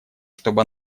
чтобы